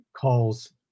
calls